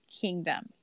kingdom